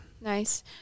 Nice